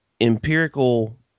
empirical